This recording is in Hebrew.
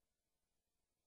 שהזכירו